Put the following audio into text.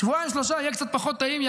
שבועיים-שלושה יהיה קצת פחות טעים,